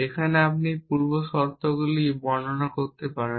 যেখানে আপনি পূর্ব শর্তগুলি বর্ণনা করতে পারেন